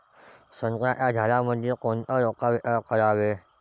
संत्र्याच्या झाडामंदी कोनचे रोटावेटर करावे?